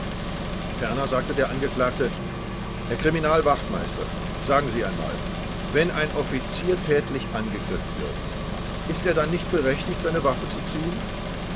ferner sagte der angeklagte herr kriminal wachtmeister sagen sie einmal wenn ein offizier tätlich angegriffen wird ist er dann nicht berechtigt seine waffe zu ziehen